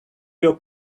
your